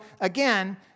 again